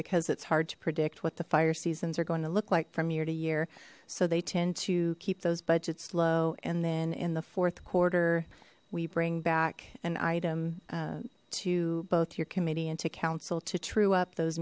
because it's hard to predict what the fire seasons are going to look like from year to year so they tend to keep those budgets low and then in the fourth quarter we bring back an item to both your committee into council to true up those